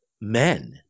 men